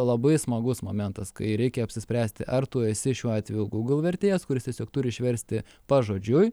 labai smagus momentas kai reikia apsispręsti ar tu esi šiuo atveju gugl vertėjas kuris tiesiog turi išversti pažodžiui